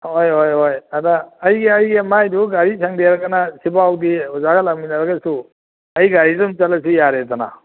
ꯍꯣꯏ ꯍꯣꯏ ꯍꯣꯏ ꯑꯗꯣ ꯑꯩ ꯑꯩ ꯃꯥꯏꯗꯨ ꯒꯥꯔꯤ ꯁꯪꯗꯦ ꯍꯥꯏꯔꯒꯅ ꯁꯤꯐꯥꯎꯗꯤ ꯑꯣꯖꯥꯒ ꯂꯥꯛꯃꯤꯟꯅꯔꯒꯁꯨ ꯑꯩ ꯒꯥꯔꯤꯗ ꯗꯨꯝ ꯆꯠꯂꯁꯨ ꯌꯥꯔꯦꯗꯅ